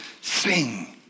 sing